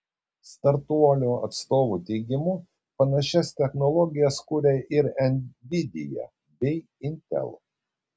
startuolio atstovų teigimu panašias technologijas kuria ir nvidia bei intel